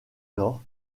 nord